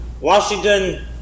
Washington